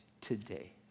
today